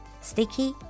sticky